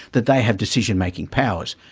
that they have decision-making powers.